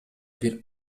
бир